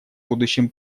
будущем